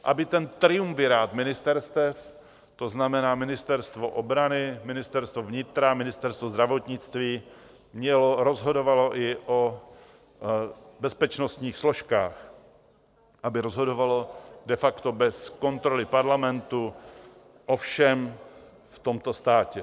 Aby ten triumvirát ministerstev, to znamená Ministerstvo obrany, Ministerstvo vnitra, Ministerstvo zdravotnictví, rozhodoval i o bezpečnostních složkách, aby rozhodoval de facto bez kontroly Parlamentu o všem v tomto státě.